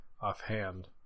offhand